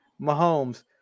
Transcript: Mahomes